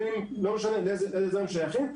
לא משנה לאיזה זרם הם שייכים,